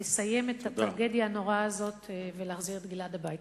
לסיים את הטרגדיה הנוראה הזאת ולהחזיר את גלעד הביתה,